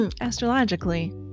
astrologically